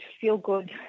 feel-good